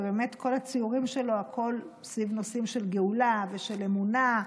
ובאמת כל הציורים שלו סביב נושאים של גאולה ושל אמונה.